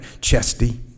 Chesty